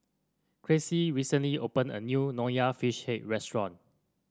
Crissie recently opened a new Nonya Fish Head restaurant